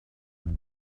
and